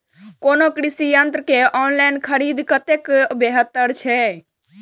कोनो कृषि यंत्र के ऑनलाइन खरीद कतेक बेहतर छै?